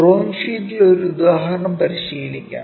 drawing ഷീറ്റിൽ ഈ ഉദാഹരണം പരിശീലിക്കാം